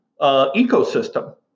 ecosystem